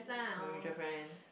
my my girlfriends